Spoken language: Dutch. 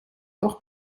toch